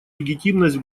легитимность